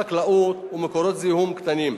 חקלאות ומקורות זיהום קטנים.